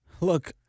Look